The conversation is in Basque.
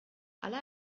ala